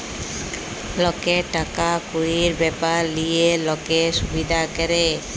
লকের টাকা কুড়ির ব্যাপার লিয়ে লক্কে সুবিধা ক্যরে